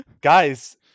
guys